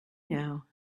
know